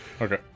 okay